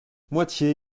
moitié